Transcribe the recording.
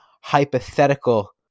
hypothetical